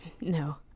No